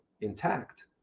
intact